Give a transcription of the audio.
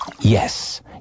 Yes